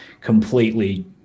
completely